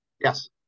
Yes